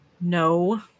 No